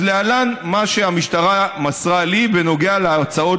אז להלן מה שהמשטרה מסרה לי בנוגע להצעות